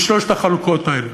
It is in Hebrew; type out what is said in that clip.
בשלוש החלוקות האלה.